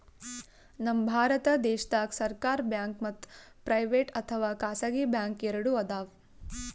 ನಮ್ ಭಾರತ ದೇಶದಾಗ್ ಸರ್ಕಾರ್ ಬ್ಯಾಂಕ್ ಮತ್ತ್ ಪ್ರೈವೇಟ್ ಅಥವಾ ಖಾಸಗಿ ಬ್ಯಾಂಕ್ ಎರಡು ಅದಾವ್